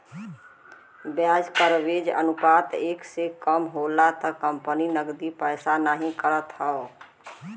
ब्याज कवरेज अनुपात एक से कम होला त कंपनी नकदी पैदा नाहीं करत हौ